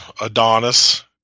Adonis